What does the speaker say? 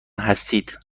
هستید